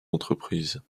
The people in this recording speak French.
entreprises